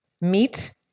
meat